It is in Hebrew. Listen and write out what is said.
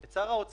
את שר האוצר,